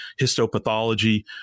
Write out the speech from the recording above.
histopathology